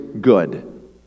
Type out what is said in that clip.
good